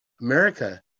America